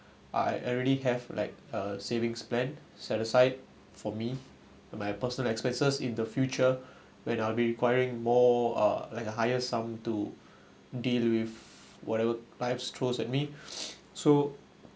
I already have like a savings plan set aside for me and my personal expenses in the future when I'll be requiring more uh like a higher sum to deal with whatever life throws at me so